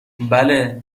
بله